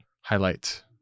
highlight